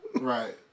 Right